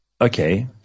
okay